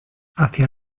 hacía